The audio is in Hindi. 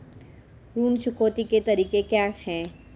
ऋण चुकौती के तरीके क्या हैं?